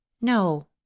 no